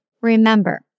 remember